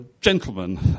Gentlemen